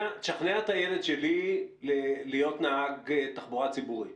תשכנע את הילד שלי להיות נהג תחבורה ציבורית.